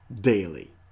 daily